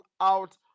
out